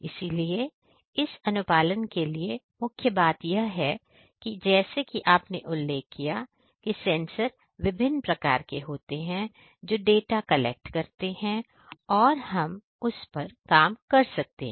इसलिए इस अनुपालन के लिए मुख्य बात यह है कि जैसा कि आपने उल्लेख किया है कि सेंसर विभिन्न प्रकार के होते हैं जो डाटा कलेक्ट करते हैं और हम उस पर काम कर सकते हैं